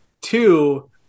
Two